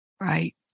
Right